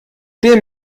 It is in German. dem